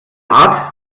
art